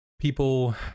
People